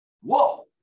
Whoa